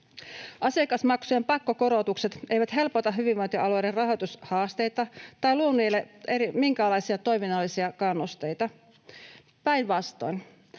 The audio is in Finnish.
Asiakasmaksujen pakkokorotukset eivät helpota hyvinvointialueiden rahoitushaasteita tai luo niille minkäänlaisia toiminnallisia kannusteita. Päinvastoin,